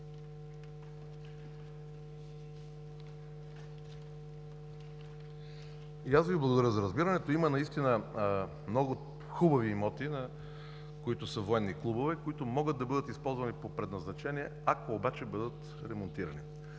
Благодаря Ви за разбирането. Наистина има много хубави имоти, които са военни клубове и могат да бъдат използвани по предназначени, ако обаче бъдат ремонтирани.